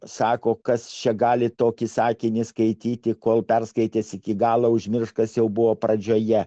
sako kas čia gali tokį sakinį skaityti kol perskaitęs iki galo užmirš kas jau buvo pradžioje